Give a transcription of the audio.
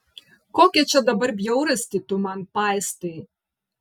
kokią čia dabar bjaurastį tu man paistai